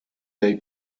dai